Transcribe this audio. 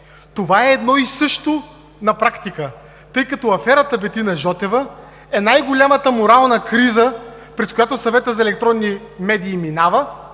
това е едно и също на практика, тъй като аферата Бетина Жотева е най-голямата морална криза, през която Съветът за електронни медии минава,